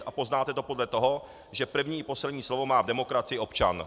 A poznáte to podle toho, že první i poslední slovo má v demokracii občan.